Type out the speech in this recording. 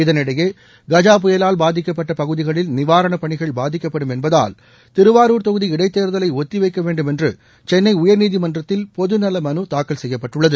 இதனினடபே கஜா புயலால் பாதிக்கப்பட்ட பகுதிகளில் நிவாரணப் பணிகள் பாதிக்கப்படும் என்பதால் திருவாரூர் தொகுதி இடைத்தேர்தலை ஒத்தி வைக்க வேண்டுமென்று சென்னை உயர்நீதிமன்றத்தில் பொதுநல மனுதாக்கல் செய்யப்பட்டுள்ளது